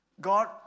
God